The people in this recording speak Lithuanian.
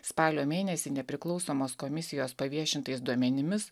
spalio mėnesį nepriklausomos komisijos paviešintais duomenimis